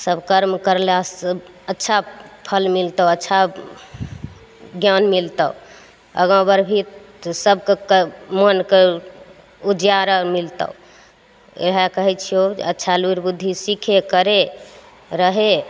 सभ कर्म करलासँ अच्छा फल मिलतौ अच्छा ज्ञान मिलतौ आगा बढ़बही तऽ सभके मोनके उजियारा मिलतौ इएह कहय छियौ जे अच्छा लुरि बुद्धि सीखय करय रहय